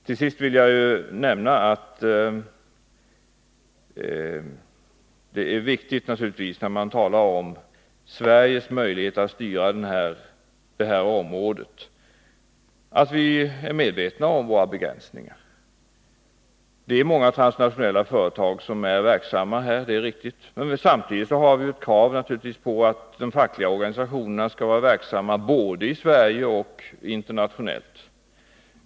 Jag vill nämna att det naturligtvis är viktigt, när vi talar om Sveriges möjligheter att styra detta område, att vi är medvetna om våra begränsningar. Det är många transnationella företag verksamma här — det är riktigt. Samtidigt har vi krav på att de fackliga organisationerna skall vara verksamma både i Sverige och internationellt.